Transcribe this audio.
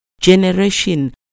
Generation